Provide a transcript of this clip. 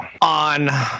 on